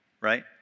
right